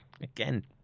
again